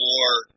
more